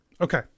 Okay